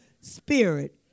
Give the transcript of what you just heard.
spirit